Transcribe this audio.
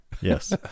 Yes